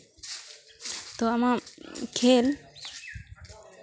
ᱛᱚ ᱟᱢᱟᱜ ᱠᱷᱮᱹᱞ